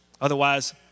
Otherwise